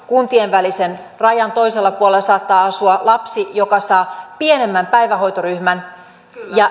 kuntien välisen rajan toisella puolella saattaa asua lapsi joka saa pienemmän päivähoitoryhmän ja